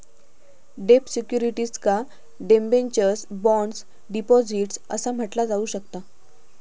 डेब्ट सिक्युरिटीजका debentures, bonds, deposits असा म्हटला जाऊ शकता